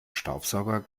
staubsauger